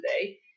today